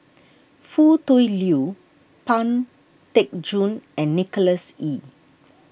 Foo Tui Liew Pang Teck Joon and Nicholas Ee